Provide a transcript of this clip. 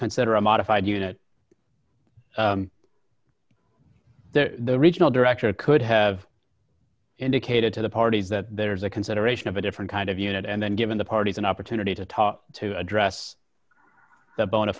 consider a modified unit the regional director could have indicated to the parties that there is a consideration of a different kind of unit and then given the parties an opportunity to talk to address the bona